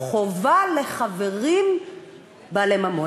חובה לחברים בעלי ממון.